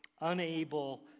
unable